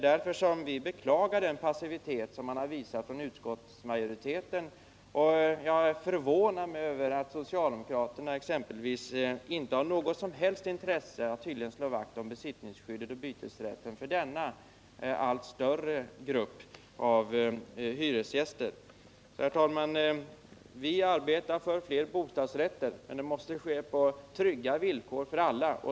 Därför beklagar vi den passivitet som utskottsmajoriteten visat. Jag är förvånad över att socialdemokraterna tydligen inte har något som helst intresse av att slå vakt om besittningsskyddet och hyresrätten för denna allt större grupp av hyresgäster. Herr talman! Vi arbetar för fler bostadsrätter, men det måste vara trygga villkor för alla.